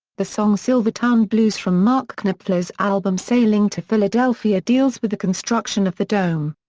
the song silvertown blues from mark knopfler's album sailing to philadelphia deals with the construction of the dome.